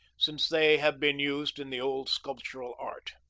since they have been used in the old sculptural art.